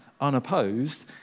unopposed